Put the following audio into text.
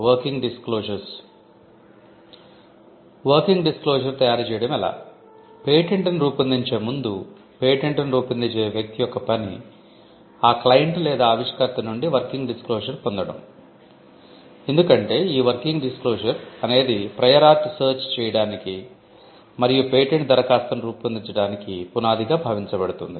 working disclosure అనేది prior art search చేయటానికి మరియు పేటెంట్ దరఖాస్తును రూపొందించడానికి పునాదిగా భావించబడుతుంది